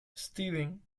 steven